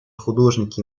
художники